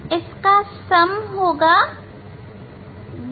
इसका सम होगा 2545